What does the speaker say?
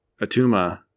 Atuma